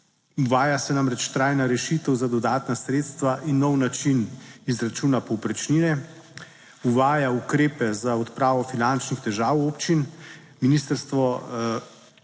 Uvaja se namreč trajna rešitev za dodatna sredstva in nov način izračuna povprečnine, uvaja ukrepe za odpravo finančnih težav občin. Ministrstvo